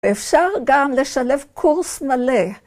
‫ואפשר גם לשלב קורס מלא.